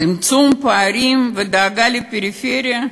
צמצום פערים ודאגה לפריפריה?